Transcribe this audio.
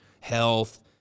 health